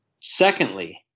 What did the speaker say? Secondly